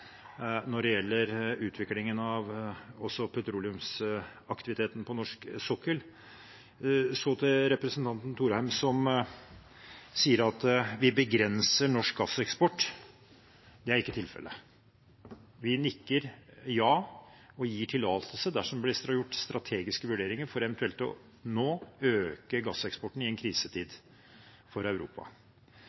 når det gjelder utviklingen av petroleumsaktiviteten på norsk sokkel. Så til representanten Thorheim, som sier vi begrenser norsk gasseksport: Det er ikke tilfellet. Vi nikker ja og gir tillatelse dersom det blir gjort strategiske vurderinger for eventuelt nå å øke gasseksporten i en krisetid for Europa.